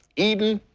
eden?